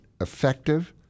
effective